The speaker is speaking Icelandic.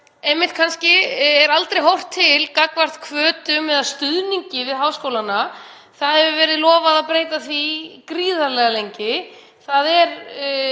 einmitt kannski aldrei horft til varðandi hvata eða stuðning við háskólana. Það hefur verið lofað að breyta því gríðarlega lengi. Það er